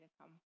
come